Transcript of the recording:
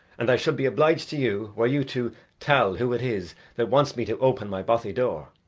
and i should be obliged to you, were you to tell who it is that wants me to open my bothy door.